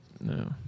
No